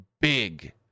big